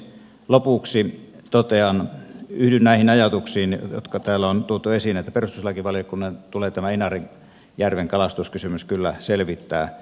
lopuksi totean että yhdyn näihin ajatuksiin jotka täällä on tuotu esiin että perustuslakivaliokunnan tulee tämä inarijärven kalastuskysymys kyllä selvittää